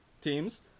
teams